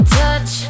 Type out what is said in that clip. touch